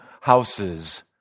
houses